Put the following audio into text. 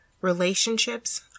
Relationships